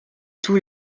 tous